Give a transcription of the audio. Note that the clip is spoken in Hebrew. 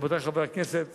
רבותי חברי הכנסת,